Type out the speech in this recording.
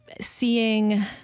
seeing